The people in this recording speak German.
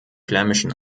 flämischen